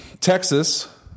Texas